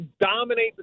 dominate